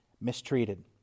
mistreated